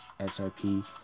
SRP